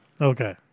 Okay